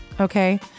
okay